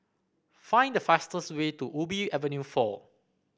find the fastest way to Ubi Avenue four